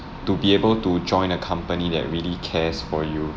to be able to join a company that really cares for you